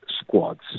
squads